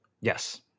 Yes